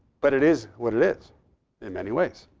but it is what it is in many ways.